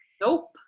Nope